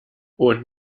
und